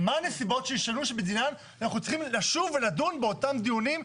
מה הנסיבות שהשתנו שבגינן אנחנו צריכים לשוב ולדון באותם דיונים?